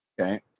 Okay